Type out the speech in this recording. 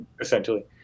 Essentially